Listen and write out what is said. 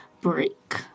break